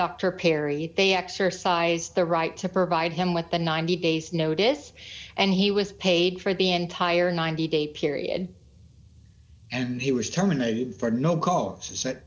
dr perry they exercised their right to provide him with the ninety days notice and he was paid for the entire ninety day period and he was terminated for no cost as that